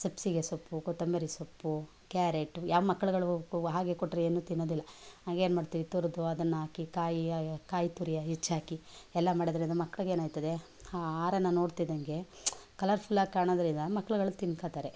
ಸಬ್ಸಿಗೆ ಸೊಪ್ಪು ಕೊತ್ತಂಬರಿ ಸೊಪ್ಪು ಕ್ಯಾರೆಟು ಯಾವ ಮಕ್ಕಳುಗಳು ಹಾಗೆ ಕೊಟ್ಟರೆ ಏನು ತಿನ್ನೋದಿಲ್ಲ ಆಗೇನು ಮಾಡ್ತೀವಿ ತುರಿದು ಅದನ್ನಾಕಿ ಕಾಯಿ ಕಾಯಿತುರಿ ಹೆಚ್ಚಾಕಿ ಎಲ್ಲ ಮಾಡೋದ್ರಿಂದ ಮಕ್ಳಿಗೆ ಏನಾಯ್ತದೆ ಆ ಆಹಾರನ ನೋಡ್ತಿದ್ದಂಗೆ ಕಲರ್ಫುಲ್ಲಾಗಿ ಕಾಣೋದ್ರಿಂದ ಮಕ್ಕಳುಗಳು ತಿನ್ಕೋತಾರೆ